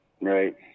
Right